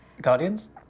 Guardians